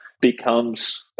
becomes